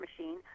machine